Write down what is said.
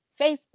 Facebook